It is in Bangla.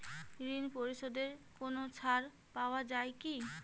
ঋণ পরিশধে কোনো ছাড় পাওয়া যায় কি?